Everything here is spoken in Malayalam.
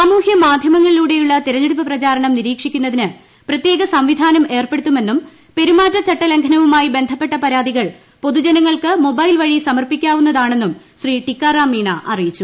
സാമൂഹ്യ മാധ്യമങ്ങളിലൂടെയുളള തിരഞ്ഞെടുപ്പ് പ്രചാരണം നിരീക്ഷിക്കുന്നതിന് ഏർപ്പെടുത്തുമെന്നും പെരുമാറ്റ ചട്ട ലംഘനവുമായി ബന്ധപ്പെട്ട പരാതികൾ പൊതുജനങ്ങൾക്ക് മൊബൈൽ വഴി സമർപ്പിക്കാവുന്നതാണെന്നും ശ്രീ ടിക്കാറാം മീണ അറിയിച്ചു